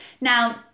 Now